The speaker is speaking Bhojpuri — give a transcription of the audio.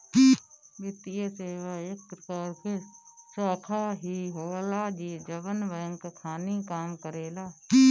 वित्तीये सेवा एक प्रकार के शाखा ही होला जवन बैंक खानी काम करेला